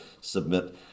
submit